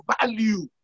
value